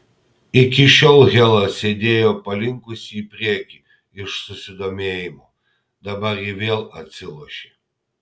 iki šiol hela sėdėjo palinkusi į priekį iš susidomėjimo dabar ji vėl atsilošė